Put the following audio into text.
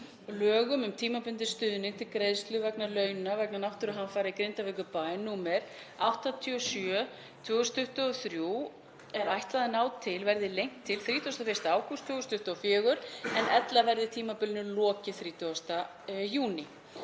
lögum um tímabundinn stuðning til greiðslu vegna launa vegna náttúruhamfara í Grindavíkurbæ, nr. 87/2023, er ætlað að ná til verði lengt til 31. ágúst 2024 en ella verði tímabilinu lokið 30. júní.